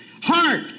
heart